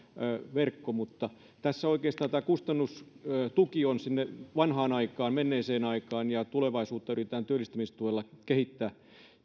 verkko mutta tässä oikeastaan tämä kustannustuki on suunnattu sinne vanhaan aikaan menneeseen aikaan ja tulevaisuutta yritetään työllistämistuella kehittää